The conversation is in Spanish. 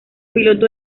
piloto